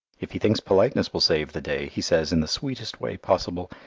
if he thinks politeness will save the day, he says in the sweetest way possible,